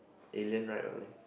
alien ride or something